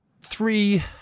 Three